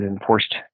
enforced